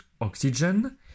oxygen